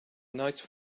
nice